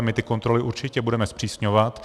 My ty kontroly určitě budeme zpřísňovat.